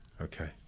Okay